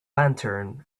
lantern